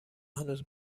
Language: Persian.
هنوز